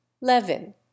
Levin